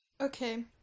Okay